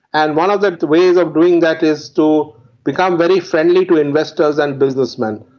and one of the ways of doing that is to become very friendly to investors and businessmen.